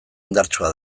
indartsua